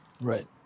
Right